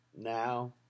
now